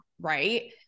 right